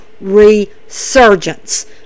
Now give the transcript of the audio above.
resurgence